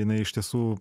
jinai iš tiesų